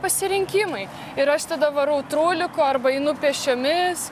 pasirinkimai ir aš tada varau trūliku arba einu pėsčiomis